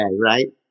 right